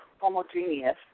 homogeneous